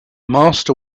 master